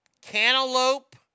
Cantaloupe